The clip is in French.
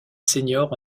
senior